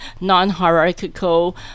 non-hierarchical